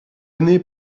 année